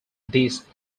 this